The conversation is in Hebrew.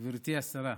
גברתי השרה,